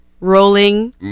rolling